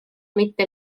mitte